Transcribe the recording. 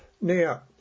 Now